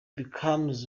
became